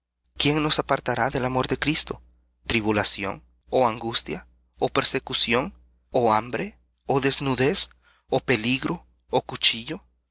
quién nos apartará del amor de cristo tribulación ó angustia ó persecución ó hambre ó desnudez ó peligro ó cuchillo